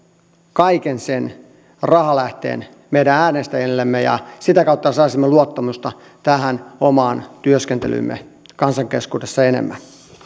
kaiken sen rahalähteen meidän äänestäjillemme ja sitä kautta saisimme luottamusta tähän omaan työskentelyymme kansan keskuudessa enemmän